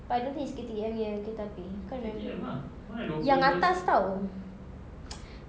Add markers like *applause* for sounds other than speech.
but I don't think it's K_T_M punya kereta api I can't remember yang atas [tau] *noise*